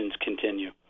continue